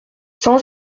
sans